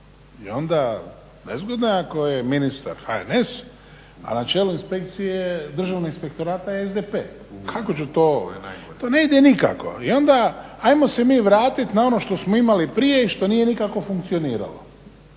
I onda nezgodno je ako je ministar HNS, a na čelu inspekcije Državnog inspektorata je SDP. Kako će to? To ne ide nikako. I onda ajmo se mi vratiti na ono što smo imali prije i što nije nikako funkcioniralo.